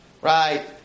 Right